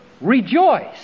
rejoice